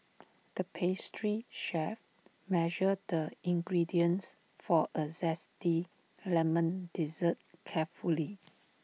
the pastry chef measured the ingredients for A Zesty Lemon Dessert carefully